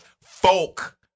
folk